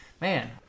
man